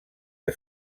que